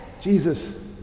Jesus